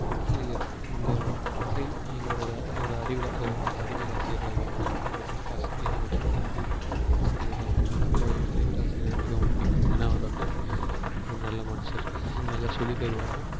ஆசிரியர் இங்கே சைன் எங்களோட என்னோடய அறிவியல் என்னோடய அறிவியல் ஆசிரியராக இருக்கட்டும் என்னோடய கணக்கு ஆசிரியர் என்னோடய கணக்கு ஆசிரியராக இருக்கட்டும் இதில் என் அறிவியல் ஆசிரியர் மிகவும் பிடிக்கும் ஏன்னா அவர் வந்து ஒரு நல்ல மனுஷர் நல்லா சொல்லித் தருவார்